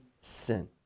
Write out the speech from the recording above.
sin